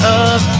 up